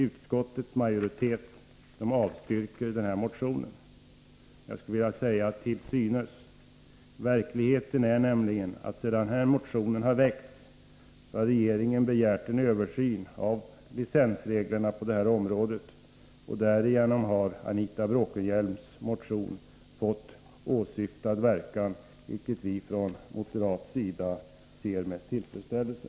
Utskottets majoritet avstyrker motionen — till synes, skulle jag vilja säga. Verkligheten är nämligen den, att sedan motionen väcktes har regeringen begärt en översyn av licensreglerna på detta område. Därigenom har Anita Bråkenhielms motion fått åsyftad verkan, vilket vi från moderat sida ser med tillfredsställelse.